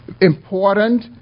important